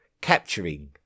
capturing